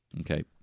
Okay